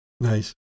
Nice